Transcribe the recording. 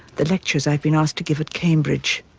the lectures i've been asked to give at cambridge,